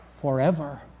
Forever